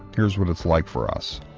here's what it's like for us.